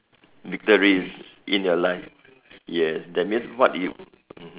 victories in your life yes that means what you mmhmm